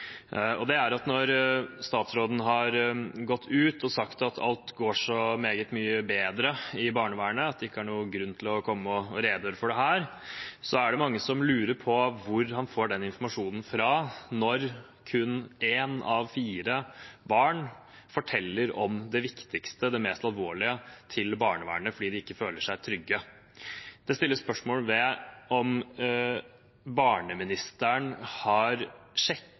med på denne debatten: Når statsråden har gått ut og sagt at alt går så meget bedre i barnevernet at det ikke er noen grunn til å komme og redegjøre for det her, er det mange som lurer på hvor han får den informasjonen fra, når kun ett av fire barn forteller om det viktigste, det mest alvorlige, til barnevernet fordi de ikke føler seg trygge. Det stilles spørsmål ved om barneministeren har